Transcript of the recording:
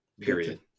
Period